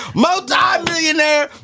multi-millionaire